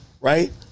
Right